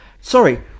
Sorry